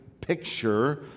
picture